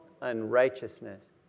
unrighteousness